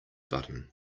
button